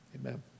Amen